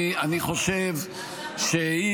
אני חושב שהיא